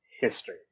history